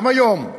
גם היום.